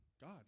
God